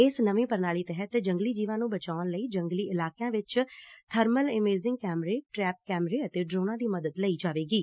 ਇਸ ਨਵੀ ਪੁਣਾਲੀ ਤਹਿਤ ਜੰਗਲੀ ਜੀਵਾ ਨੂੰ ਬਚਾਉਣ ਲਈ ਜੰਗਲੀ ਇਲਾਕਿਆਂ ਵਿਚ ਬਰਮਲ ਇਮੇਜਿੰਗ ਕੈਮਰੇ ਟਰੈਪ ਕੈਮਰੇ ਅਤੇ ਡਰੋਨਾਂ ਦੀ ਮਦਦ ਲਈ ਜਾਵੇਗੀ